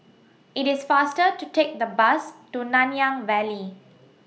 IT IS faster to Take The Bus to Nanyang Valley